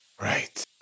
Right